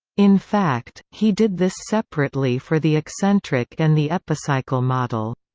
in fact, he did this separately for the eccentric and the epicycle model.